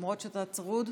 למרות שאתה צרוד.